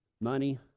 Money